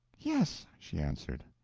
yes, she answered.